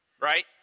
right